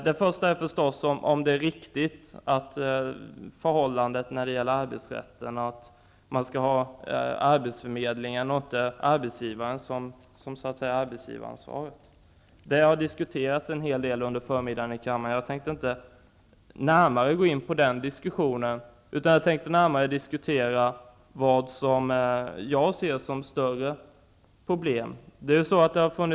Den främsta är naturligtvis om förhållandet när det gäller arbetsrätten är riktigt, dvs. om det skall vara arbetsförmedlingen och inte arbetsgivaren som har arbetsgivaransvaret. Det har diskuterats en hel del under förmiddagen här i kammaren. Jag tänkte inte närmare gå in på den diskussionen. Jag tänkte diskutera det som jag ser som ett större problem.